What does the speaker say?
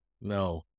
no